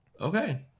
okay